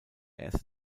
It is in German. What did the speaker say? erste